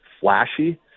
flashy